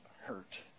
hurt